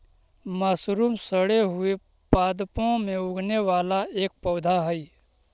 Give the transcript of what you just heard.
mushroom सड़े हुए पादपों में उगने वाला एक पौधा हई